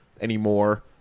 Anymore